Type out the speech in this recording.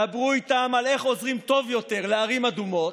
דברו איתם על איך עוזרים טוב יותר לערים אדומות,